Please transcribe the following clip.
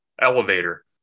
elevator